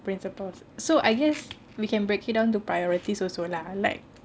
principles so I guess we can break it down to priorities also lah like